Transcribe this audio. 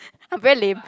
I'm very lame